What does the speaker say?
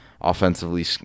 offensively